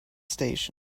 station